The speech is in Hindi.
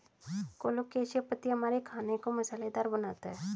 कोलोकेशिया पत्तियां हमारे खाने को मसालेदार बनाता है